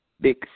big